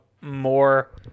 more